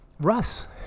Russ